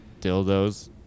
Dildos